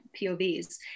POVs